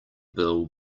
bill